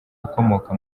ukomoka